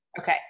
Okay